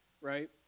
right